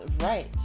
right